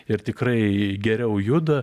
ir tikrai geriau juda